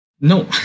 No